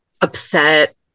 upset